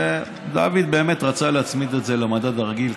ודוד באמת רצה להצמיד את זה למדד הרגיל,